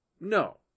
No